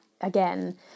again